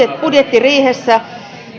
budjettiriihessä